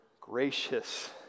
gracious